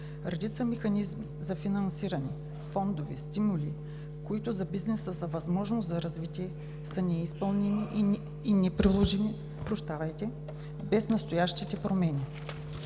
Редица механизми за финансиране, фондове, стимули, които за бизнеса са възможност за развитие, са неизпълними и неприложими без настоящите промени.